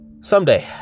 someday